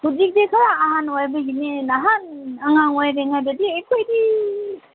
ꯍꯧꯖꯤꯛꯇꯤ ꯈꯔ ꯑꯍꯟ ꯑꯣꯏꯕꯒꯤꯅꯦ ꯅꯍꯥꯟ ꯑꯉꯥꯡ ꯑꯣꯏꯔꯤꯉꯩꯗꯗꯤ ꯑꯩꯈꯣꯏꯗꯤ